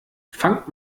fangt